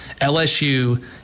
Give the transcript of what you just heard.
LSU